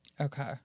Okay